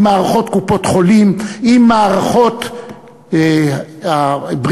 עם מערכות קופות-החולים,